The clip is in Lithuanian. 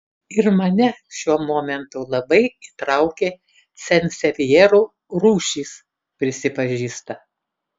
ir mane šiuo momentu labai įtraukė sansevjerų rūšys prisipažįsta